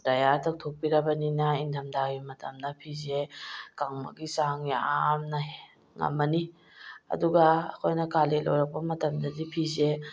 dryer ꯇꯧꯊꯣꯛꯄꯤꯔꯕꯅꯤꯅ ꯏꯪꯊꯝꯊꯥꯒꯤ ꯃꯇꯝꯗ ꯐꯤꯁꯦ ꯀꯪꯕꯒꯤ ꯆꯥꯡ ꯌꯥꯝꯅ ꯉꯝꯃꯅꯤ ꯑꯗꯨ ꯑꯩꯈꯣꯏꯅ ꯀꯥꯂꯦꯟ ꯑꯣꯏꯔꯛꯄ ꯃꯇꯝꯗꯗꯤ ꯐꯤꯁꯦ